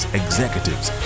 executives